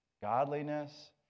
godliness